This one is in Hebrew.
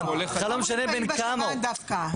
בכלל לא משנה בן כמה הוא.